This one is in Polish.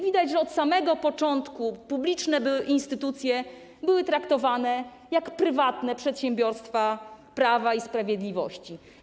Widać, że od samego początku publiczne instytucje były traktowane jak prywatne przedsiębiorstwa Prawa i Sprawiedliwości.